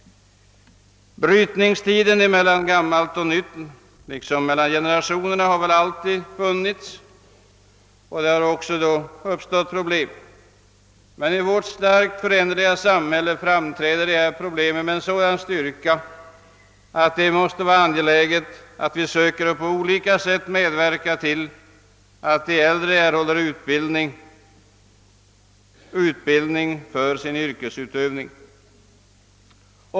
Brytningstiden mellan gammalt och nytt liksom mellan generationerna har väl alltid funnits, och det har väl också alltid uppstått problem i detta sammanhang. Men i vårt starkt föränderliga samhälle framträder detta problem med en sådan styrka att det måste vara angeläget att vi försöker att på olika sätt medverka till att de äldre erhåller utbildning för sin yrkesutövning.